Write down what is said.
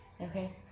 okay